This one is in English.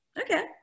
Okay